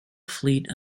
fleet